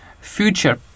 future